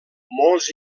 molts